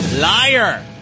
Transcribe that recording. liar